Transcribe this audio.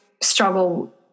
struggle